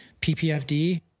PPFD